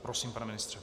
Prosím, pane ministře.